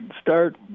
start